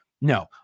No